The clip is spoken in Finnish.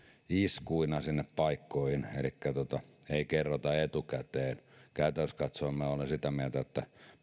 iskuina sinne paikkoihin elikkä niistä ei kerrota etukäteen käytännössä katsoen olen sitä mieltä että